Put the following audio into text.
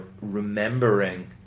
remembering